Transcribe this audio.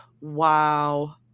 Wow